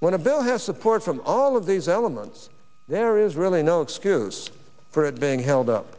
when a bill has support from all of these elements there is really no excuse for it being held up